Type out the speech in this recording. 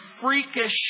freakish